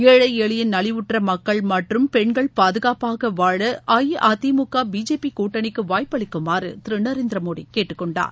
ஏறை எளிய நலிவற்ற மக்கள் மற்றம் பெண்கள் பாதகாப்பாக வாழ அஇஅதிமுக பிஜேபி கூட்டனிக்கு வாய்ப்பளிக்குமாறு திரு நரேந்திர மோடி கேட்டுக் கொண்டார்